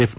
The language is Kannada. ಎಫ್